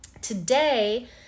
Today